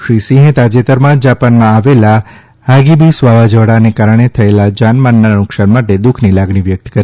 શ્રી સિંહે તાજેતરમાં જ જાપાનમાં આવેલા હાગિબિસ વાવાઝોડાને કારણે થયેલા જાનમાલના નુકશાન માટે દુઃખની લાગણી વ્યક્ત કરી